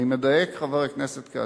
אני מדייק חבר הכנסת כץ?